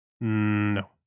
No